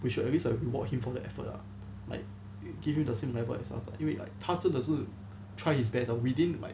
we should at least like reward him for the effort lah like I give you the same level as us lah 因为 like 他真的是 try his best lor within like